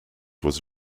was